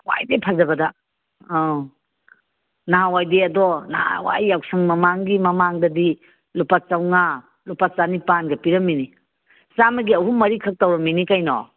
ꯈ꯭ꯋꯥꯏꯗꯒꯤ ꯐꯖꯕꯗ ꯑꯧ ꯅꯍꯥꯟꯋꯥꯏꯗꯤ ꯑꯗꯣ ꯅꯍꯥꯟꯋꯥꯏ ꯌꯥꯎꯁꯪ ꯃꯃꯥꯡꯒꯤ ꯃꯃꯥꯡꯗꯗꯤ ꯂꯨꯄꯥ ꯆꯥꯝꯃꯉꯥ ꯂꯨꯄꯥ ꯆꯅꯤꯄꯥꯜꯒ ꯄꯤꯔꯝꯂꯤꯅꯤ ꯆꯥꯝꯃꯒꯤ ꯑꯍꯨꯝ ꯃꯔꯤ ꯈꯛ ꯇꯧꯔꯝꯂꯤꯅꯤ ꯀꯔꯤꯅꯣ